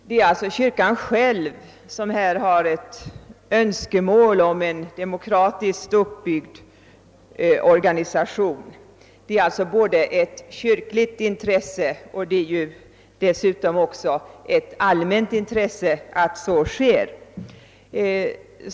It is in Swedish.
Det är kyrkan själv som har ett önskemål om en demokratiskt uppbyggd organisation, och det är alltså både ett kyrkligt och ett allmänt intresse att en sådan kommer till stånd.